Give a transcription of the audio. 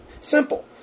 Simple